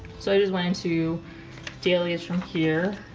so i just wanted to dailies from here.